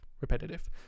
repetitive